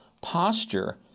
posture